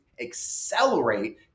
accelerate